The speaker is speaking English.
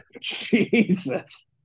Jesus